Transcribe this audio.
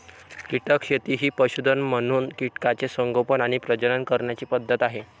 कीटक शेती ही पशुधन म्हणून कीटकांचे संगोपन आणि प्रजनन करण्याची पद्धत आहे